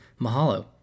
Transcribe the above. Mahalo